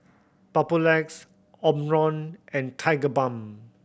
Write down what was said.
Papulex Omron and Tigerbalm